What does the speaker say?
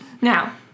Now